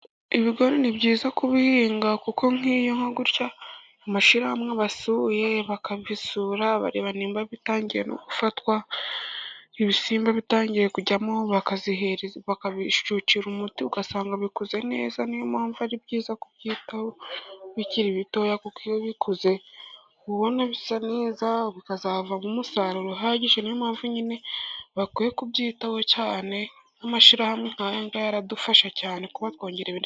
ibigo ni byiza kubihinga ,kuko nk'iyo nka gutya amashyirahamwe abasuye, bakabisura bareba niba bitangiye no gufatwa, ibisimba bitangiye kujyamo baka bakabicukira umuti, ugasanga babikoze neza niyo mpamvu ari byiza kubyitaho bikiri bitoya, kuko iyo bikuze uba ubona bisa neza bikazavamo umusaruro uhagije, niyo mpamvu nyine bakwiye kubyitaho cyane, nk'amashyihamwe nkaya aradufasha cyane.